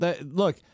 look